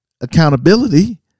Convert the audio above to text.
accountability